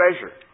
treasure